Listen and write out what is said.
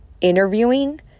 interviewing